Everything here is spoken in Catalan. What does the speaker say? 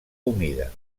humida